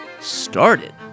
started